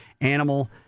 Animal